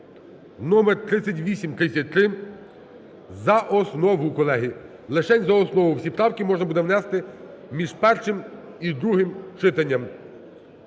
(№ 3833) за основу, колеги. Лишень за основу. Всі правки можна буде внести між першим і другим читанням.